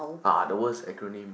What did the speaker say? ah the worse acronym